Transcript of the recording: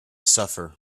suffer